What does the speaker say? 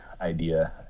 idea